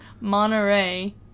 monterey